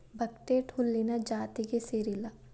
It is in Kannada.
ಬಕ್ಹ್ಟೇಟ್ ಹುಲ್ಲಿನ ಜಾತಿಗೆ ಸೇರಿಲ್ಲಾ